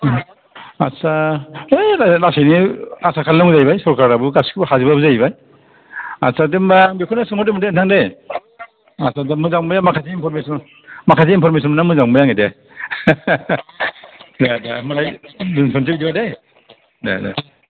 आतसा है रायलायना लासैनो आसा खालामनांगौ जाहैबाय सरकाराबो गासैखौबो हाजोबाबो जाहैबाय आतसा दे होनबा आं बेखौनो सोहरदोंमोन दे नोंथां दे आतसा दे मोजां मोनबाय दे माखासे इनफरमेसन माखासे इनफरमेसन मोननानै मोजां मोनबाय आङो दे दे दे होनबालाय दोनथ'सै बिदिब्ला दै दे दे